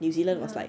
ya